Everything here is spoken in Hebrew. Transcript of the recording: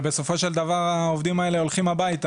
אבל בסופו של דבר העובדים האלה הולכים הביתה,